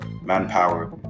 manpower